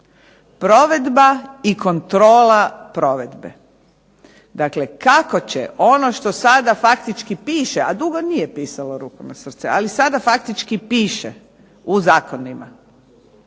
Provedba i kontrola provedbe. Dakle, kako će ono što faktički sada piše, a dugo nije pisalo ruku na srce, ali sada faktički piše u zakonima,